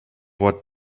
what